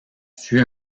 fut